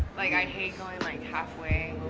like i hate going like half way.